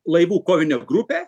laivų kovinė grupė